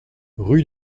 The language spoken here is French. rue